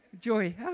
Joy